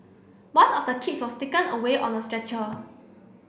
one of the kids was taken away on a stretcher